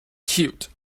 cute